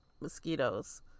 mosquitoes